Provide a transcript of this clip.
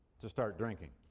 to start drinking.